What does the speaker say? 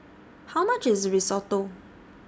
How much IS Risotto